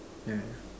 yeah yeah